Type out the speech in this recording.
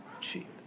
cheap